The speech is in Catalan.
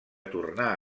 tornar